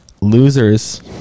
losers